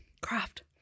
Craft